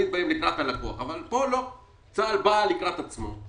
אנחנו מדברים על פחות מ-1% מתקציב משרד הביטחון.